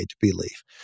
belief